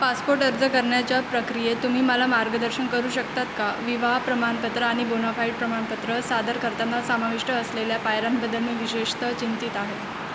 passport अर्ज करण्याच्या प्रक्रियेत तुम्ही मला मार्गदर्शन करू शकतात का विवाह प्रमाणपत्र आणि बोनाफाईड प्रमाणपत्र सादर करताना समाविष्ट असलेल्या पायऱ्यांबद्दल मी विशेषतः चिंतित आहे